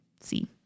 see